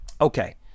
okay